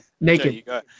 Naked